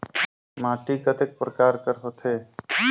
माटी कतेक परकार कर होथे?